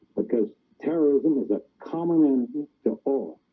because terrorism is a common end to all